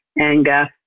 anger